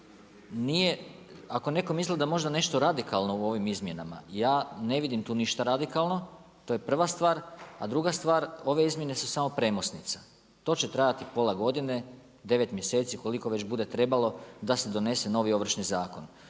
ako nekom izgleda možda nešto radikalno u ovim izmjenama, ja ne vidim tu ništa radikalno, to je prva stvar, a druga stvar, ove izmjene su samo premosnica. To će trajati pola godine, 9 mjeseci, koliko već bude trebalo, da se donese novi Ovršni zakon.